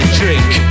drink